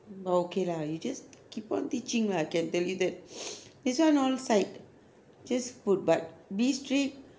but okay lah you just keep on teaching lah can tell you that this one all side just put but be strict